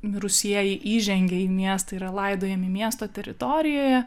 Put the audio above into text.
mirusieji įžengia į miestą yra laidojami miesto teritorijoje